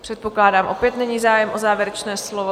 Předpokládám, opět není zájem o závěrečné slovo?